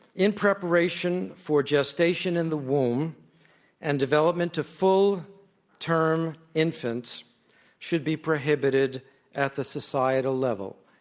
in preparation for gestation in the womb and development to full term infants should be prohibited at the societal level,